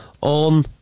on